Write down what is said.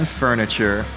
furniture